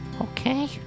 Okay